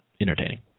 entertaining